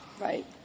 Right